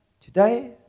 Today